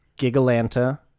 Gigalanta